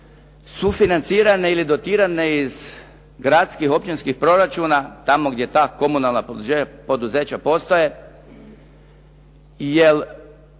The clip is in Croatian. sufinancirane ili dotirane iz gradskih, općinskih proračuna tamo gdje ta komunalna poduzeća postoje